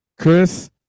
Chris